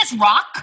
rock